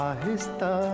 Ahista